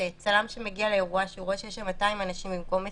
צלם שמגיע לאירוע ורואה שיש בו 200 אנשים במקום 20,